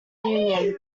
union